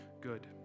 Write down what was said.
good